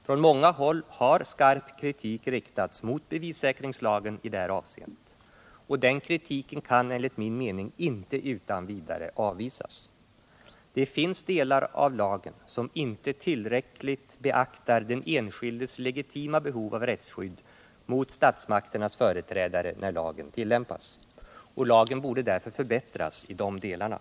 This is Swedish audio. Från många håll har skarp kritik riktats mot bevissäkringslagen i detta avseende. Den kritiken kan enligt min mening inte utan vidare avvisas. Det finns delar av lagen som inte tillräckligt beaktar den enskildes legitima behov av rättsskydd mot statsmakternas företrädare när lagen tillämpas. Lagen borde därför förbättras i de delarna.